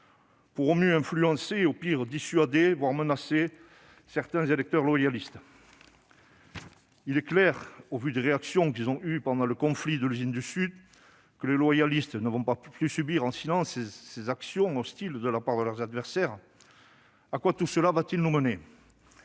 pour influencer, au pire pour dissuader, voire menacer, certains électeurs loyalistes. Il est clair, au vu de leur réaction pendant le conflit de l'usine du Sud, que les loyalistes ne vont plus subir en silence ces actions hostiles de la part de leurs adversaires. À quoi tout cela va-t-il nous mener ?